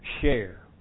share